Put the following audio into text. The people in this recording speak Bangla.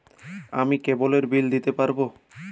আমি কেবলের বিল দিতে পারবো?